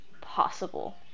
possible